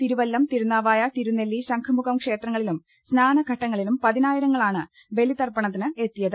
തിരുവല്ലം തിരുന്നാവായ തിരുനെല്ലി ശംഖുമുഖം ക്ഷേത്രങ്ങളിലും സ്നാനഘട്ടങ്ങളിലും പതിനായിരങ്ങളാണ് ബലിതർപ്പണത്തിനെത്തിയത്